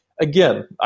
Again